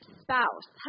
spouse